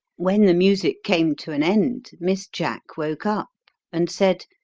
when the music came to an end miss jack woke up and said,